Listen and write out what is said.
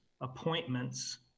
appointments